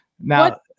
Now